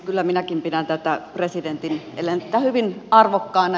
kyllä minäkin pidän tätä presidentin elettä hyvin arvokkaana